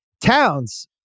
Towns